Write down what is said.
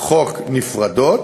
חוק נפרדות,